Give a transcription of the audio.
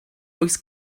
oes